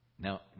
Now